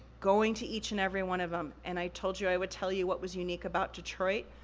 going to each and every one of em, and i told you i would tell you what was unique about detroit.